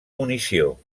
munició